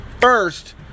first